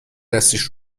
دستش